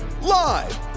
live